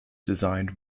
designed